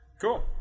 Cool